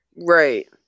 Right